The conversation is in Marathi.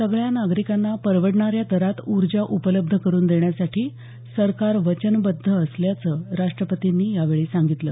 सगळ्या नागरिकांना परवडणाऱ्या दरात ऊर्जा उपलब्ध करून देण्यासाठी सरकार वचनबद्ध असल्याचं राष्ट्रपतींनी यावेळी सांगितलं